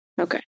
Okay